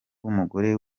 w’umugore